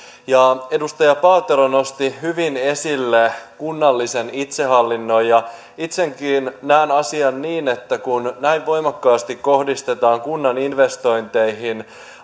edustaja paatero nosti hyvin esille kunnallisen itsehallinnon ja itsekin näen asian niin että kun näin voimakkaasti kohdistetaan kunnan investointeihin